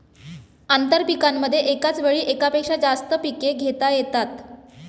आंतरपीकांमध्ये एकाच वेळी एकापेक्षा जास्त पिके घेता येतात